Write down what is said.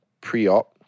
pre-op